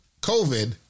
COVID